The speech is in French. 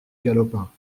galopin